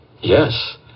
Yes